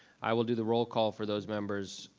i will do the roll call for those members,